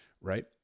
right